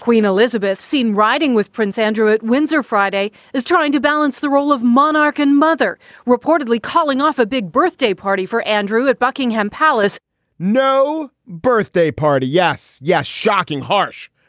queen elizabeth seen riding with prince andrew at windsor friday is trying to balance the role of monarch and mother reportedly calling off a big birthday party for andrew at buckingham palace no birthday party. yes. yes. shocking, harsh,